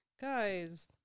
guys